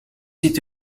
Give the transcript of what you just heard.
ziet